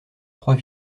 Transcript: trois